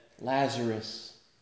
Lazarus